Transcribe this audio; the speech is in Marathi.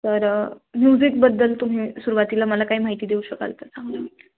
तर म्युझिकबद्दल तुम्ही सुरवातीला मला काही माहिती देऊ शकाल तर सांगा म